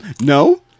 no